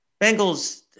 Bengals